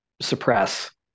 suppress